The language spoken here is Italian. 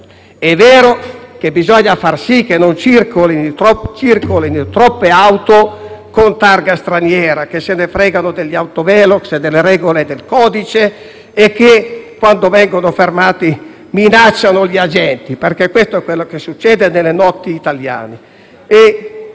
È vero che bisogna far sì che non circolino troppe auto con targa straniera, che se ne infischiano degli autovelox e delle regole del codice e che, quando vengono fermate, minacciano gli agenti. Questo è ciò che succede nelle notti italiane.